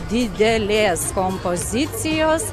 didelės kompozicijos